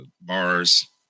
Bars